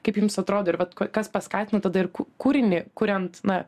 kaip jums atrodo ir vat k kas paskatino tada ir ku kūrinį kuriant na